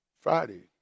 Friday